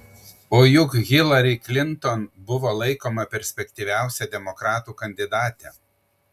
o juk hilari klinton buvo laikoma perspektyviausia demokratų kandidate